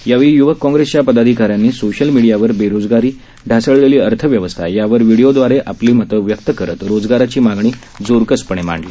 यावेळी य्वक काँगेसच्या पदाधिकाऱ्यांनी सोशल मीडियावर बेरोजगारी ढासळलेली अर्थव्यवस्था यावर व्हिडिओदवारे आपले मत व्यक्त करत रोजगाराची मागणी जोरकसपणे मांडली